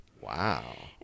Wow